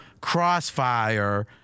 crossfire